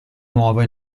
nuovo